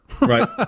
right